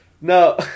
No